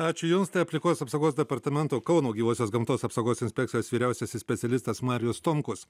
ačiū jums tai aplinkos apsaugos departamento kauno gyvosios gamtos apsaugos inspekcijos vyriausiasis specialistas marijus tomkus